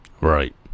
Right